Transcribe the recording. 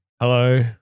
Hello